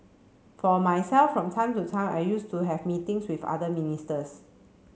for myself from time to time I used to have meetings with other ministers